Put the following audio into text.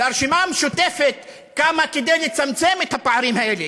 והרשימה המשותפת קמה כדי לצמצם את הפערים האלה,